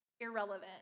irrelevant